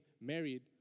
married